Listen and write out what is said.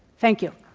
thank you.